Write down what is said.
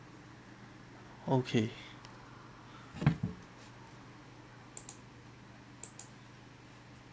okay